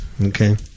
okay